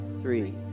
Three